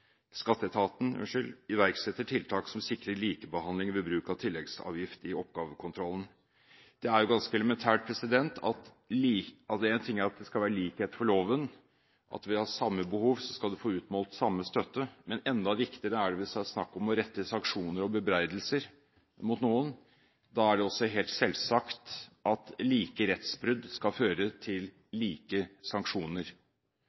iverksetter tiltak som sikrer likebehandling ved bruk av tilleggsavgift i oppgavekontrollen.» Det er ganske elementært. Én ting er at det skal være likhet for loven – at man ved samme behov skal få utmålt samme støtte – men enda viktigere er det hvis det er snakk om å rette sanksjoner og bebreidelser mot noen. Da er det også helt selvsagt at like rettsbrudd skal føre